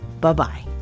Bye-bye